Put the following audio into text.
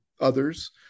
others